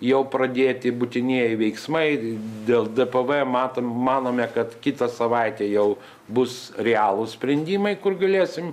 jau pradėti būtinieji veiksmai dėl dpv matom manome kad kitą savaitę jau bus realūs sprendimai kur galėsim